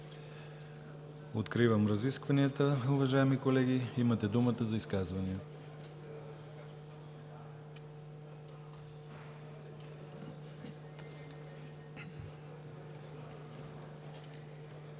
Откривам разискванията, уважаеми колеги. Имате думата за изказвания.